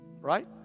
Right